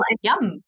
yum